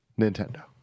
Nintendo